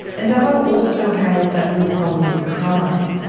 and dubbo also has a real problem with crime.